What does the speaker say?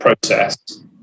process